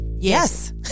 Yes